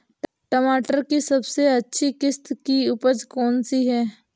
टमाटर की सबसे अच्छी किश्त की उपज कौन सी है?